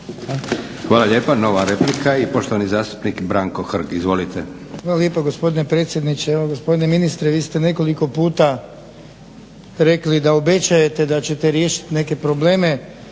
Hvala lijepa. Nova replika i poštovani zastupnik Branko Hrg. Izvolite. **Hrg, Branko (HSS)** Hvala lijepa gospodine predsjedniče. Evo gospodine ministre vi ste nekoliko puta rekli da obećavate da ćete riješiti neke probleme,